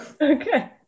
Okay